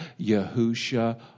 Yahusha